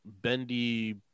bendy